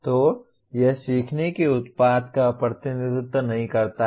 तो यह सीखने के उत्पाद का प्रतिनिधित्व नहीं करता है